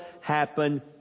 happen